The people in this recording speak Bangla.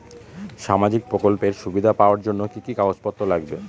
সামাজিক প্রকল্পের সুবিধা পাওয়ার জন্য কি কি কাগজ পত্র লাগবে?